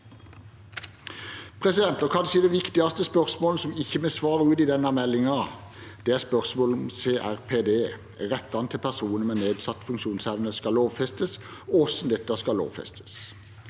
Kanskje det viktigste spørsmålet som vi ikke svarer ut i denne meldingen, er spørsmålet om CRPD, rettighetene til personer med nedsatt funksjonsevne, skal lovfestes, og hvordan det skal lovfestes.